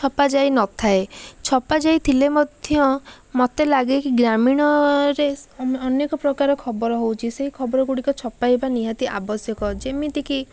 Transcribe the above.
ଛପାଯାଇନଥାଏ ଛପାଯାଇଥିଲେ ମଧ୍ୟ ମୋତେ ଲାଗେକି ଗ୍ରାମୀଣରେ ଅନେକ ପ୍ରକାର ଖବର ହେଉଛି ସେ ଖବରଗୁଡ଼ିକ ଛପାଇବା ନିହାତି ଆବଶ୍ୟକ ଯେମିତିକି